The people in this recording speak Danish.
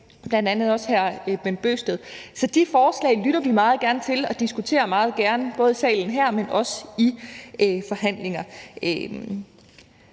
salen i dag, bl.a. hr. Bent Bøgsted. Så de forslag lytter vi meget gerne til og diskuterer meget gerne, både i salen her og i forhandlinger.